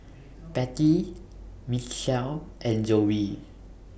Patty Mitchel and Zoey